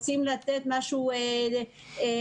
רוצים לתת משהו דיפרנציאלי.